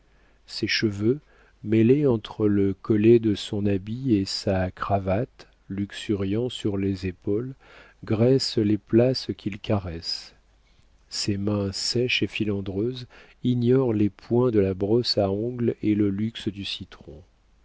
ses cheveux mêlés entre le collet de son habit et sa cravate luxuriants sur les épaules graissent les places qu'ils caressent ses mains sèches et filandreuses ignorent les soins de la brosse à ongles et le luxe du citron